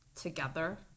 together